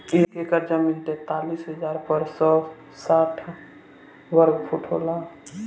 एक एकड़ जमीन तैंतालीस हजार पांच सौ साठ वर्ग फुट होला